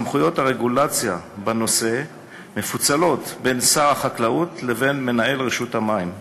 סמכויות הרגולציה בנושא מפוצלות בין שר החקלאות לבין מנהל רשות המים.